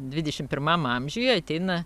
dvidešimt pirmame amžiuje ateina